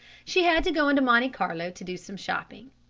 she had to go into monte carlo to do some shopping.